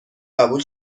قبول